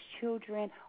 children